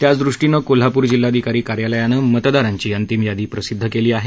त्याच दृष्टीनं कोल्हापूर जिल्हाधिकारी कार्यालयानं मतदारांची अंतिम यादी प्रसिद्ध केली आहे